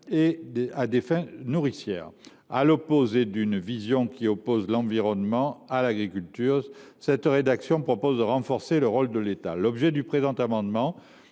à des fins nourricières. À rebours d’une vision qui oppose environnement et agriculture, cette rédaction tend à renforcer le rôle de l’État. L’objet du présent amendement